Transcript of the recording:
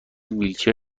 ویلچر